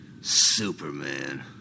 Superman